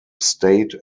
state